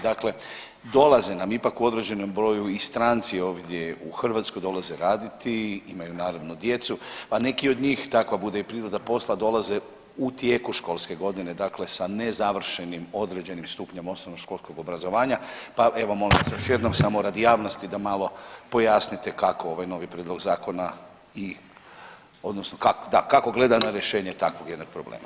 Dakle, dolaze nam ipak u određenom broju i stranci ovdje u Hrvatsku, dolaze raditi, imaju naravno djecu, pa neki od njih takva bude i priroda posla dolaze u tijeku školske godine, dakle sa nezavršenim određenim stupnjem osnovnoškolskog obrazovanja, pa evo molim vas još jednom samo radi javnosti da malo pojasnite kako ovaj novi prijedlog zakona i odnosno kako, da kako gleda na rješenje takvog jednog problema.